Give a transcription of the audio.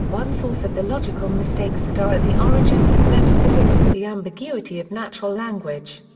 one source of the logical mistakes that are at the origins of metaphysics is the ambiguity of natural language.